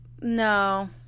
No